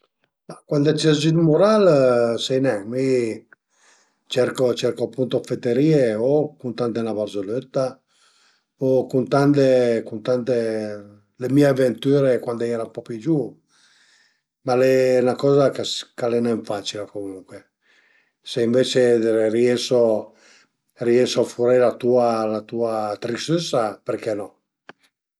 Ma cuand ses giü d'mural, sai nen mi cerco cerco appunto d'fete rie o cuntande 'na barzëlëtta o cuntande cuntande le mie aventüre cuand i era ën po pi giuvu, ma al e 'na coza ch'al e ne facila comuncue, se ënvece rieso rieso a furé la tua la tua tristëssa perché no